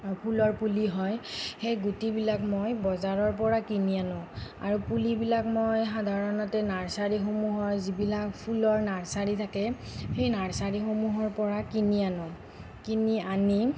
ফুলৰ পুলি হয় সেই গুটিবিলাক মই বজাৰৰ পৰা কিনি আনো আৰু পুলিবিলাক মই সাধাৰণতে নাৰ্চাৰিসমূহ যিবিলাক ফুলৰ নাৰ্চাৰি থাকে সেই নাৰ্চাৰিসমূহৰ পৰা কিনি আনো কিনি আনি